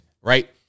right